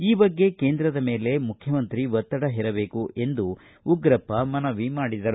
ಈ ಬಗ್ಗೆ ಕೇಂದ್ರದ ಮೇಲೆ ಮುಖ್ಯಮಂತ್ರಿ ಒತ್ತಡ ಹೇರಬೇಕು ಎಂದು ಮನವಿ ಮಾಡಿದರು